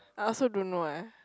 I also don't know why